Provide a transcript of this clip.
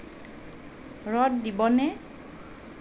ৰ'দ দিবনে